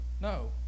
no